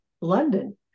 London